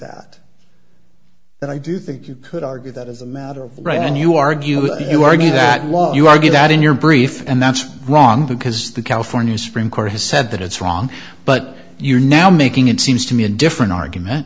that that i do think you could argue that as a matter of right and you argue with you argue that law you argue that in your brief and that's wrong because the california supreme court has said that it's wrong but you're now making it seems to me a different argument